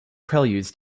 preludes